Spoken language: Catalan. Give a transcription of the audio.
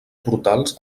portals